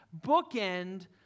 bookend